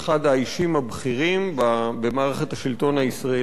האישים הבכירים במערכת השלטון הישראלית,